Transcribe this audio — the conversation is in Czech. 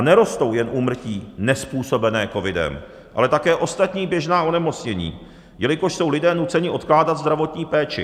Nerostou jen úmrtí nezpůsobené covidem, ale také ostatní běžná onemocnění, jelikož jsou lidé nuceni odkládat zdravotní péči.